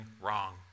wrong